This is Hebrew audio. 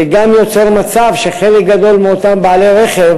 זה גם יוצר מצב שחלק גדול מאותם בעלי רכב